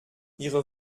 ihre